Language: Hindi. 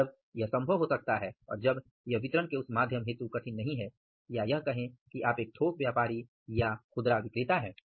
और जब यह संभव हो सकता है और जब यह वितरण के उस माध्यम हेतु कठिन नहीं है या यह कहें कि आप एक थोक व्यापारी या खुदरा विक्रेता हैं